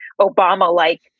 Obama-like